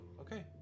Okay